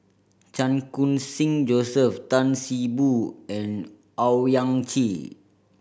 Chan Khun Sing Joseph Tan See Boo and Owyang Chi